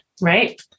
Right